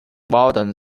modern